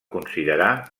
considerar